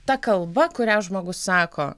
ta kalba kurią žmogus sako